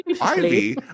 Ivy